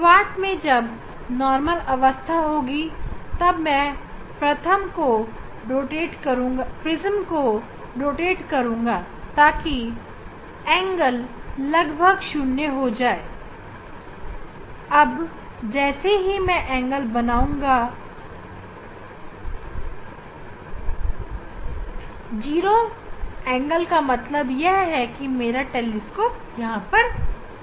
शुरुआत में जब नॉर्मल अवस्था होगी तब मैं प्रिज्म को रोटेट करुंगा ताकि एंगल लगभग 0 हो जिसका मतलब है कि मेरा टेलीस्कोप यहां पर होगा